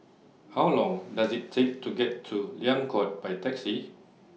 How Long Does IT Take to get to Liang Court By Taxi